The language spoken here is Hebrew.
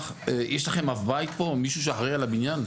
יש לכם אב בית פה, מישהו שאחראי על הבניין?